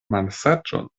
malsaĝon